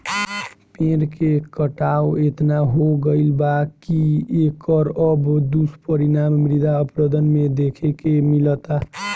पेड़ के कटाव एतना हो गईल बा की एकर अब दुष्परिणाम मृदा अपरदन में देखे के मिलता